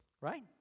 right